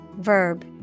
verb